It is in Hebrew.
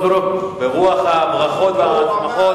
ברוח הברכות והשמחות,